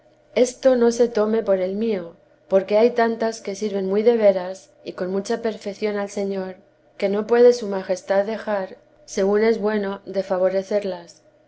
esto no se tome por el mío porque hay tantas que sirven muy de veras y con mucha perfección al señor que no puede su majestad dejar según es teresa de jes bueno de favorecerlas y